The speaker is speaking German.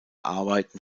arbeiten